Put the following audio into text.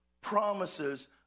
promises